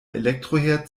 elektroherd